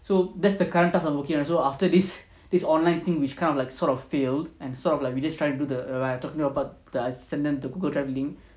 so that's the current task I'm working on so after this this online thing which kind of like sort of failed and sort of like we just trying to do the err what I talking about the send them the Google drive link